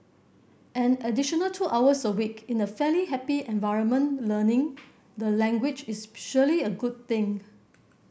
an additional two hours a week in a fairly happy environment learning the language is surely a good thing